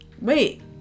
Wait